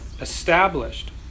established